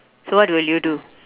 so what will you do